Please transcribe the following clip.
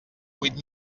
huit